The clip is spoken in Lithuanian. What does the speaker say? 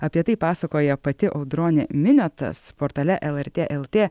apie tai pasakoja pati audronė miniotas portale lrt lt